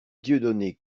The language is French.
dieudonné